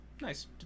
nice